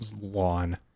lawn